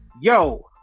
Yo